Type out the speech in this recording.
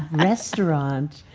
restaurant?